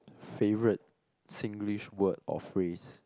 favourite Singlish word or phrase